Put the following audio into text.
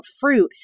fruit